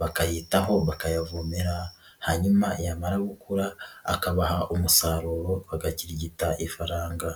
bakayitaho bakayavomera hanyuma yamara gukura akabaha umusaruro bagakirigita ifaranga.